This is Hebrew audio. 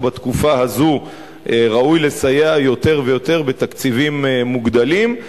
בתקופה הזו ראוי לסייע יותר ויותר בתקציבים מוגדלים,